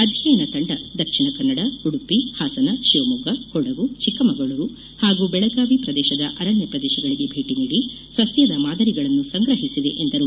ಅಧ್ಯಯನ ತಂಡ ದಕ್ಷಿಣ ಕನ್ನಡ ಉಡುಪಿ ಹಾಸನ ಶಿವಮೊಗ್ಗ ಕೊಡಗು ಚಿಕ್ಕಮಗಳೂರು ಹಾಗೂ ಬೆಳಗಾವಿ ಪ್ರದೇಶದ ಅರಣ್ಯ ಪ್ರದೇಶಗಳಿಗೆ ಭೇಟಿ ನೀಡಿ ಸಸ್ಯದ ಮಾದರಿಗಳನ್ನು ಸಂಗ್ರಹಿಸಿದೆ ಎಂದರು